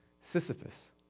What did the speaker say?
Sisyphus